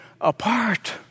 apart